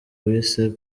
bise